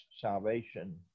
salvation